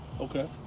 Okay